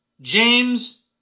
James